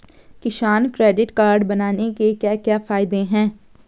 किसान credit card बनाने के क्या क्या फायदे हैं?